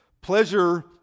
Pleasure